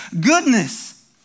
goodness